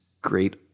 great